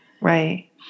Right